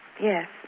Yes